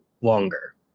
longer